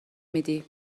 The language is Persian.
میدی